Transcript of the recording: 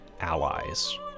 allies